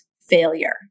failure